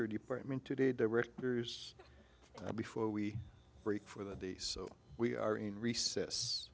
your department today directors before we break for the day so we are in recess